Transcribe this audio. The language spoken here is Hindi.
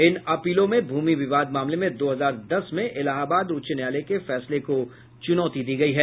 इन अपीलों में भूमि विवाद मामले में दो हजार दस में इलाहाबाद उच्च न्यायालय के फैसले को चुनौती दी गई है